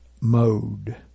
mode